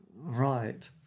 right